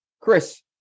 Chris